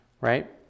right